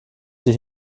sie